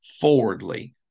forwardly